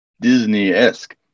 Disney-esque